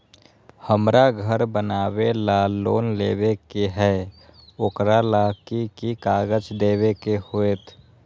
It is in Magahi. हमरा घर बनाबे ला लोन लेबे के है, ओकरा ला कि कि काग़ज देबे के होयत?